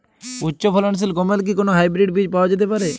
উচ্চ ফলনশীল গমের কি কোন হাইব্রীড বীজ পাওয়া যেতে পারে?